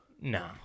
No